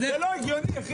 זה לא הגיוני, אחי.